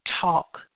talk